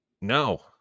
No